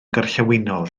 gorllewinol